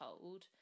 told